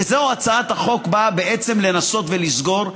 ואת זה הצעת החוק נועדה בעצם לנסות לסגור,